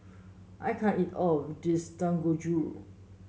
I can't eat all of this Dangojiru